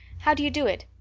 how do you do it?